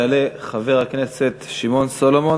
יעלה חבר הכנסת שמעון סולומון,